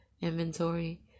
inventory